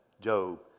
Job